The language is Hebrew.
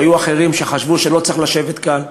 שהיו אחרים שחשבו שלא צריך לשבת כאן.